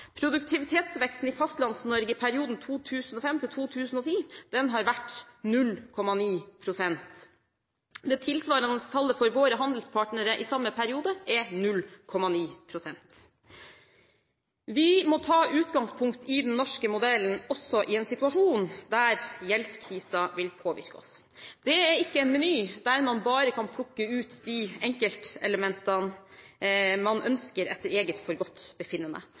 Produktivitetsveksten i Fastlands-Norge i perioden 2005–2010 har vært 0,9 pst. Det tilsvarende tallet for våre handelspartnere i samme periode er 0,9 pst. Vi må ta utgangspunkt i den norske modellen, også i en situasjon der gjeldskrisen vil påvirke oss. Det er ikke en meny der man bare kan plukke ut de enkeltelementene man ønsker, etter eget